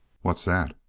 what's that?